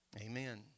Amen